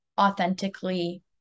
authentically